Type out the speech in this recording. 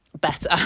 better